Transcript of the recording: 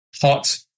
hot